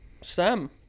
sam